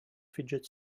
fidget